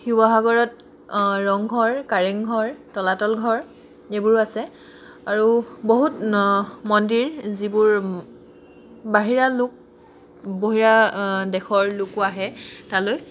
শিৱসাগৰত ৰংঘৰ কাৰেংঘৰ তলাতল ঘৰ এইবোৰো আছে আৰু বহুত মন্দিৰ যিবোৰ বাহিৰা লোক বহিৰা দেশৰ লোকো আহে তালৈ